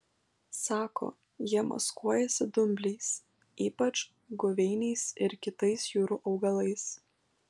sako jie maskuojasi dumbliais ypač guveiniais ir kitais jūrų augalais